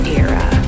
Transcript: era